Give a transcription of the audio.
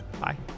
Bye